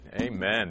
Amen